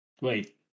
Wait